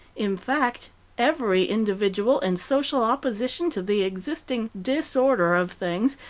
in fact every individual and social opposition to the existing disorder of things,